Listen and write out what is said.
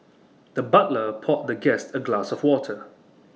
the butler poured the guest A glass of water